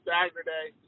Saturday